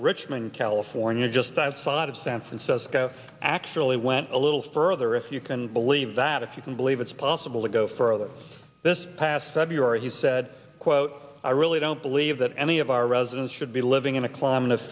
richmond california just outside of san francisco actually went a little further if you can believe that if you can believe it's possible to go further it's this past february he said quote i really don't believe that any of our residents should be living in a climate of